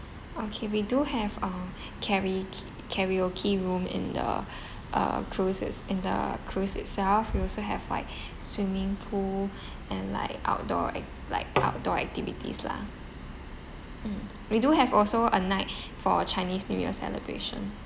okay we do have a kara~ k~ karaoke room in the uh cruise's in the cruise itself we also have like swimming pool and like outdoor act~ like outdoor activities lah mm we do have also a night for chinese new year celebration